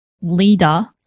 leader